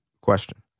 question